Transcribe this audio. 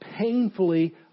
painfully